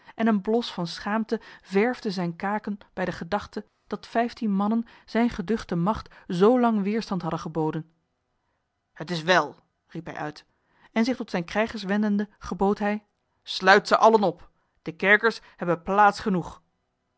en een blos van schaamte verfde zijne kaken bij de gedachte dat vijftien mannen zijne geduchte macht zoolang weerstand hadden geboden t is wel riep hij uit en zich tot zijne krijgers wendende gebood hij sluit ze allen op de kerkers hebben plaats genoeg